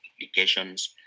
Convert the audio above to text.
applications